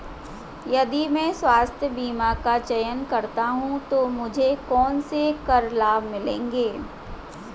यदि मैं स्वास्थ्य बीमा का चयन करता हूँ तो मुझे कौन से कर लाभ मिलेंगे?